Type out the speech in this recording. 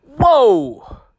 Whoa